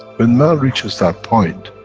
when man reaches that point,